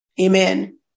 Amen